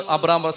Abraham